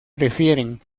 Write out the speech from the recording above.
prefieren